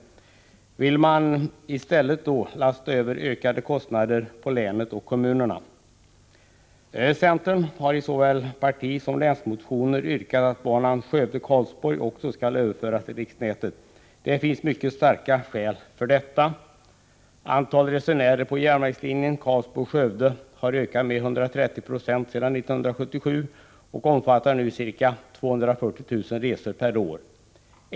Vill man i stället då lasta över ökade kostnader på länet och kommunerna? Centern har i såväl partisom länsmotioner yrkat att också banan Skövde-Karlsborg skall överföras till riksnätet. Det finns mycket starka skäl för detta. Antalet resenärer på järnvägslinjen Karlsborg-Skövde har ökat med 130 26 sedan 1977; det är nu ca 240 000 resor per år.